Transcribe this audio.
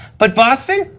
but boston,